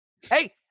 Hey